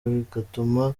bigatuma